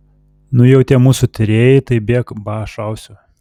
nu jau tie mūsų tyrėjai tai bėk ba šausiu